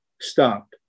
Stop